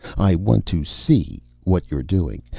i want to see what you're doing.